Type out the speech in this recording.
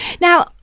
Now